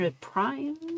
Prime